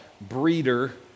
breeder